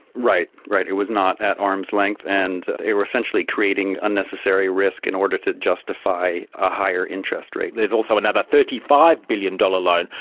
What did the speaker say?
right, it was not at arm's length and they were essentially creating unnecessary risk in order to justify a higher interest rate. there's also another thirty five billion dollars loan,